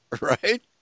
Right